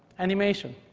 animation.